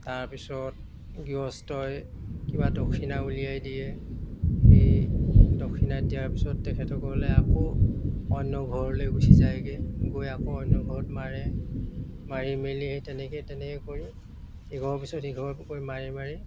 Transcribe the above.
তাৰপিছত গৃহস্থই কিবা দক্ষিণা উলিয়াই দিয়ে সেই দক্ষিণা দিয়াৰ পিছত তেখেতসকলে আকৌ অন্য ঘৰলৈ গুচি যায়গৈ গৈ আকৌ অন্য ঘৰত মাৰে মাৰি মেলি সেই তেনেকৈ তেনেকৈ কৰি ইঘৰৰ পিছত সিঘৰ কৰি মাৰি মাৰি